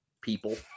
people